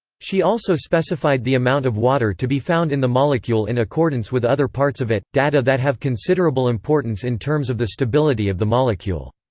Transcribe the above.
she also specified the amount of water to be found in the molecule in accordance with other parts of it, data that have considerable importance in terms of the stability of the molecule.